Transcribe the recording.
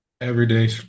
everyday